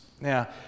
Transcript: Now